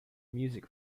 music